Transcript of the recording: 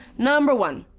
number one,